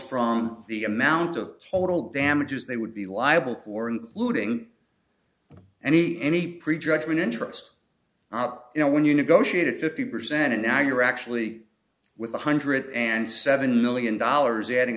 from the amount of total damages they would be liable for and looting any any prejudgment interest out you know when you negotiate a fifty percent and now you're actually with one hundred and seven million dollars adding